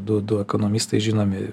du du ekonomistai žinomi